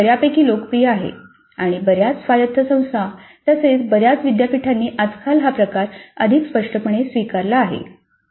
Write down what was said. हे बऱ्यापैकी लोकप्रिय आहे आणि बऱ्याच स्वायत्त संस्था तसेच बऱ्याच विद्यापीठांनी आजकाल हा प्रकार अधिक स्पष्टपणे स्वीकारला आहे